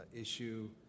issue